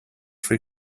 free